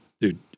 dude